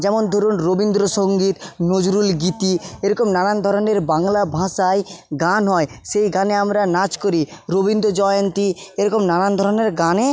যেমন ধরুন রবীন্দ্র সঙ্গীত নজরুল গীতি এরকম নানান ধরণের বাংলা ভাষায় গান হয় সেই গানে আমরা নাচ করি রবীন্দ্র জয়ন্তী এরকম নানান ধরণের গানে